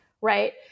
right